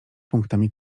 punktami